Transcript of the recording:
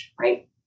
right